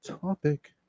topic